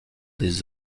des